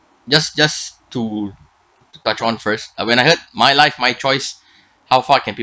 just just to patron first uh when I heard my life my choice how far can people